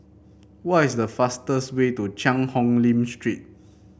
what is the fastest way to Cheang Hong Lim Street